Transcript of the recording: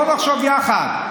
בוא נחשוב יחד,